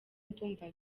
ndumva